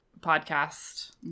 podcast